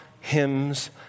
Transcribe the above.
hymns